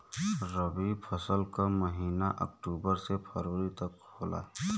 रवी फसल क महिना अक्टूबर से फरवरी तक होला